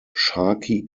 sharkey